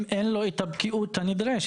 אם אין לו את הבקיאות הנדרשת.